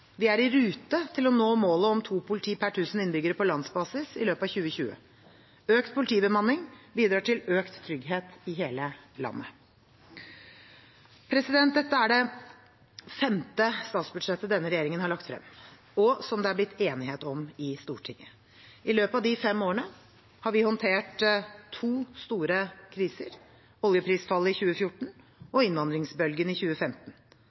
Vi er i rute til å nå målet om to polititjenestemenn per 1 000 innbyggere på landsbasis i løpet av 2020. Økt politibemanning bidrar til økt trygghet i hele landet. Dette er det femte statsbudsjettet denne regjeringen har lagt frem, og som det er blitt enighet om i Stortinget. I løpet av de fem årene har vi håndtert to store kriser – oljeprisfallet i 2014 og innvandringsbølgen i 2015